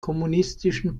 kommunistischen